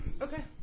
Okay